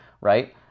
right